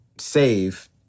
save